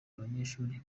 abanyeshuri